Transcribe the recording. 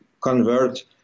convert